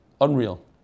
unreal